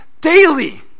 daily